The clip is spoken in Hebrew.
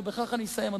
בכך אני אסיים,